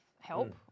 help